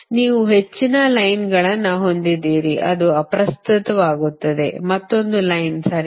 ನೀವು ಹೆಚ್ಚಿನ ಲೈನ್ಗಳನ್ನು ಹೊಂದಿದ್ದೀರಿ ಅದು ಅಪ್ರಸ್ತುತವಾಗುತ್ತದೆ ಮತ್ತೊಂದು ಲೈನ್ ಸರಿನಾ